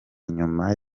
nyuma